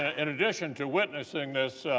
and addition to witnessing this